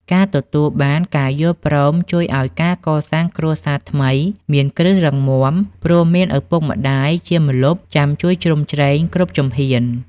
ការទទួលបានការយល់ព្រមជួយឱ្យការកសាងគ្រួសារថ្មីមានគ្រឹះរឹងមាំ ព្រោះមានឪពុកម្ដាយជាម្លប់ចាំជួយជ្រោមជ្រែងគ្រប់ជំហាន។